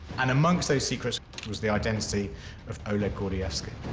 and amongst those secrets was the identity of oleg gordievsky.